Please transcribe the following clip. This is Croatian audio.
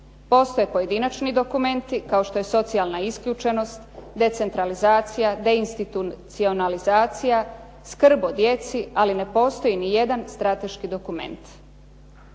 Postoje pojedinačni dokumenti, kao što je socijalna isključenost, decentralizacija, deinstitucionalizacija, skrb o djeci, ali ne postoji ni jedan strateški dokument.